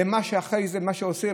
לבין מה שאחרי זה עושים,